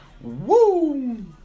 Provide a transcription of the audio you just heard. Woo